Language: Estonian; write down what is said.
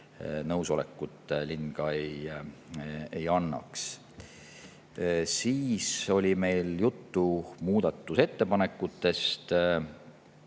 nõusolekut linn ei annaks. Siis oli meil juttu muudatusettepanekutest,